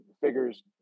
figures